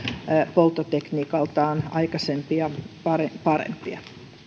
polttotekniikaltaan aikaisempia parempia parempia